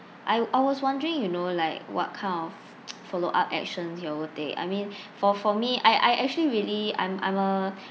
I I was wondering you know like what kind of follow up actions you all will take I mean for for me I I actually really I'm I'm a